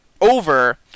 over